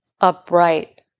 upright